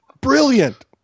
Brilliant